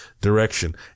direction